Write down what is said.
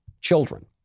children